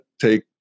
take